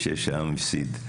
תודה רבה לכל העמותות איתן עבדתי.